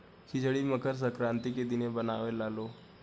खिचड़ी मकर संक्रान्ति के दिने बनावे लालो